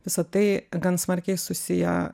visa tai gan smarkiai susiję